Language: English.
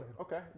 Okay